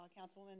Councilwoman